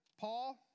Paul